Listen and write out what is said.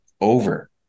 over